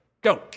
Go